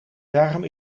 daarom